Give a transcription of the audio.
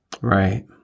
Right